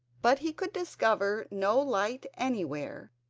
but he could discover no light anywhere,